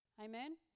Amen